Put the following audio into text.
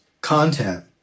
content